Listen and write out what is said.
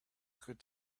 could